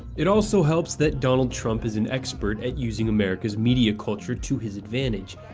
it also helps that donald trump is an expert at using america's media culture to his advantage,